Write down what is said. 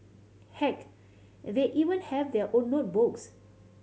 heck they even have their own notebooks